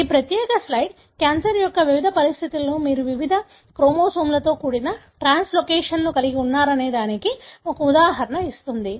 ఈ ప్రత్యేక slide cancer యొక్క వివిధ పరిస్థితులలో మీరు వివిధ క్రోమోజోమ్లతో కూడిన ట్రాన్స్లోకేషన్లను కలిగి ఉన్నారనేదానికి ఒక ఉదాహరణను ఇస్తుంది